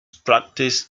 practiced